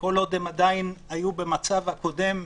כל עוד הם עדיין היו במצב הקודם,